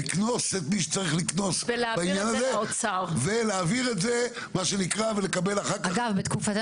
לקנוס את מי שצריך לקנוס בעניין הזה ולהעביר את זה ולקבל אחר כך תעודת